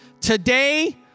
Today